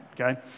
okay